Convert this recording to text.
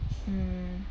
mm